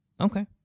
Okay